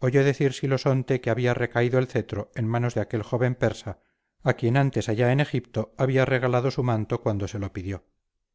oyó decir silosonte que había recaído el cetro en manos de aquel joven persa a quien antes allá en egipto había regalado su manto cuando se lo pidió